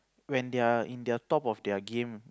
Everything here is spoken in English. when they're in their top of their game